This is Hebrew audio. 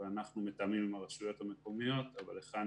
ואנחנו מתאמים עם הרשויות המקומיות, אבל היכן